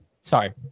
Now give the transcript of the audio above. Sorry